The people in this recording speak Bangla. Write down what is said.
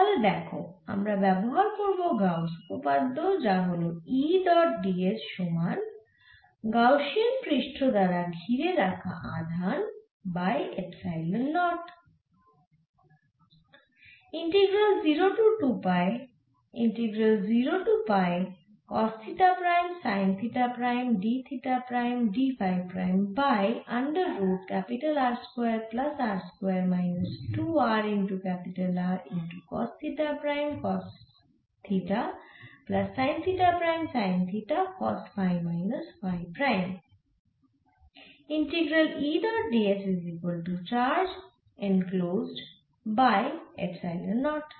তাহলে দেখো আমরা ব্যবহার করব গাউস উপপাদ্য যা হল E ডট d s সমান গাউসিয়ান পৃষ্ঠ দ্বারা ঘিরে রাখা আধান বাই এপসাইলন নট